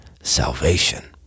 salvation